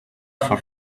for